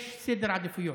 יש סדר עדיפויות.